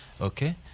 Okay